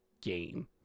game